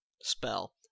spell